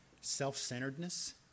self-centeredness